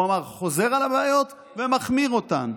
הוא אמר: חוזר על הבעיות ומחמיר אותן.